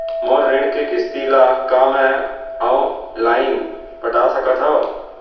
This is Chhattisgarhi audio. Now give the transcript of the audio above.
मोर ऋण के किसती ला का मैं अऊ लाइन पटा सकत हव?